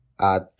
add